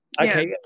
okay